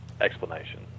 explanation